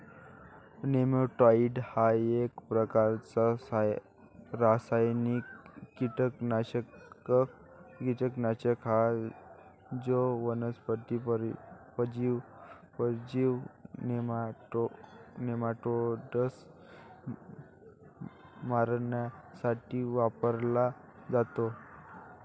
नेमॅटाइड हा एक प्रकारचा रासायनिक कीटकनाशक आहे जो वनस्पती परजीवी नेमाटोड्स मारण्यासाठी वापरला जातो